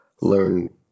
learn